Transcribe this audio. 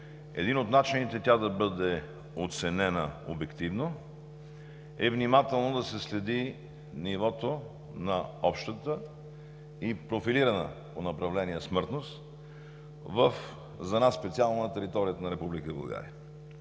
Един от начините тя да бъде оценена обективно е внимателно да се следи нивото на общата и профилираната по направление смъртност за нас специално на територията на